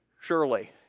surely